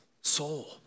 soul